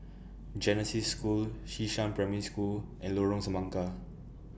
Genesis School Xishan Primary School and Lorong Semangka